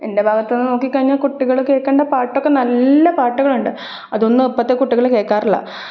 എന്റെ ഭാഗത്തുനിന്നു നോക്കിക്കഴിഞ്ഞാല് കുട്ടികള് കേള്ക്കേണ്ട പാട്ടൊക്കെ നല്ല പാട്ടുകളുണ്ട് അതൊന്നും ഇപ്പോഴത്തെ കുട്ടികള് കേള്ക്കാറില്ല